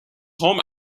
home